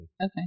Okay